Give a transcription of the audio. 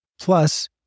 Plus